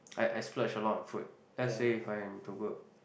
I I splurge a lot on food let's say if I am to work